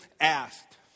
asked